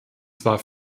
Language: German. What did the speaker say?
zwar